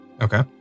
Okay